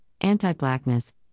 anti-blackness